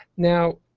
now,